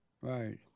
Right